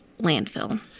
landfill